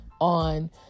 on